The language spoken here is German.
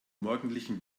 morgendlichen